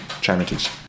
charities